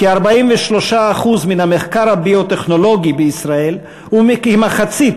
כ-43% מן המחקר הביו-טכנולוגי בישראל וכמחצית